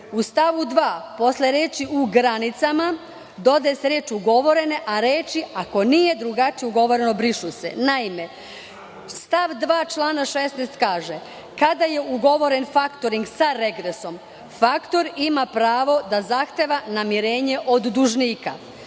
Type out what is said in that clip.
U stavu 2. posle reči: "u granicama" dodaje se reč: "ugovorene", a reči: "ako nije drugačije ugovoreno" brišu se. Naime, stav 2. člana 16. kaže: "kada je ugovoren faktoring sa regresom, faktoring ima pravo da zahteva namirenje od dužnika,